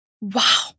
Wow